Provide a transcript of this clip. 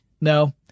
No